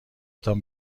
تان